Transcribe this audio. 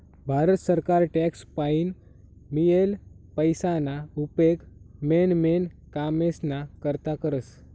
भारत सरकार टॅक्स पाईन मियेल पैसाना उपेग मेन मेन कामेस्ना करता करस